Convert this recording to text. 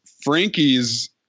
Frankie's